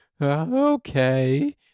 okay